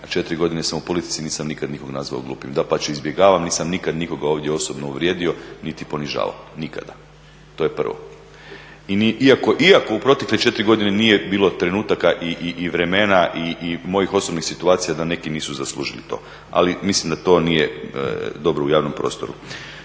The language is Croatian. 3, 4 godine sam u politici nisam nikad nikoga nazvao glupim. Dapače, izbjegavam nisam nikad nikoga ovdje osobno uvrijedio niti ponižavao, nikada, to je prvo. Iako u protekle 4 godine nije bilo trenutaka i vremena i mojih osobnih situacija da neki nisu zaslužili to, ali mislim da to nije dobro u javnom prostoru.